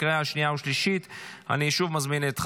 התקבלה בקריאה השנייה והשלישית ותיכנס לספר החוקים.